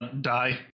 Die